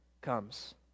comes